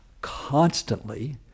constantly